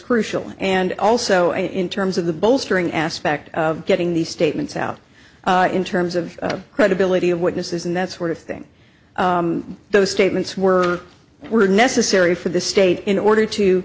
crucial and also in terms of the bolstering aspect of getting these statements out in terms of credibility of witnesses and that sort of thing those statements were were necessary for the state in order to